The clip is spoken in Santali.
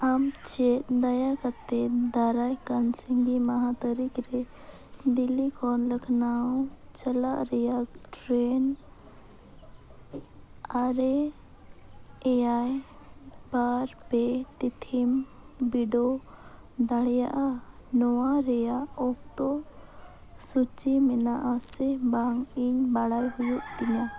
ᱟᱢ ᱪᱮᱫ ᱫᱟᱭᱟ ᱠᱟᱛᱮᱫ ᱫᱟᱨᱟᱭ ᱠᱟᱱ ᱥᱤᱸᱜᱮ ᱢᱟᱦᱟ ᱛᱟᱹᱨᱤᱠᱷ ᱨᱮ ᱫᱤᱞᱞᱤ ᱠᱷᱚᱱ ᱞᱚᱠᱷᱱᱳ ᱪᱟᱞᱟᱜ ᱨᱮᱱᱟᱜ ᱴᱨᱮᱱ ᱟᱨᱮ ᱮᱭᱟᱭ ᱵᱟᱨ ᱯᱮ ᱛᱤᱛᱷᱤᱢ ᱵᱤᱰᱟᱹᱣ ᱫᱟᱲᱮᱭᱟᱜᱼᱟ ᱱᱚᱣᱟ ᱨᱮᱱᱟᱜ ᱚᱠᱛᱚ ᱥᱩᱪᱤ ᱢᱮᱱᱟᱜᱼᱟ ᱥᱮ ᱵᱟᱝ ᱤᱧ ᱵᱟᱲᱟᱭ ᱦᱩᱭᱩᱜ ᱛᱤᱧᱟᱹ